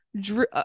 drew